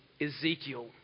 Ezekiel